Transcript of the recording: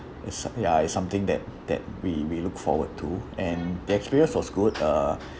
it's a ya it's something that that we we look forward to and the experience was good uh